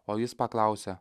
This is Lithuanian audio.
o jis paklausė